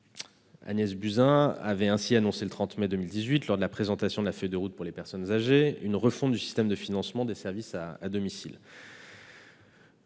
Agnès Buzyn avait ainsi annoncé, le 30 mai 2018, lors de la présentation de la feuille de route pour les personnes âgées, une refonte du système de financement des services à domicile.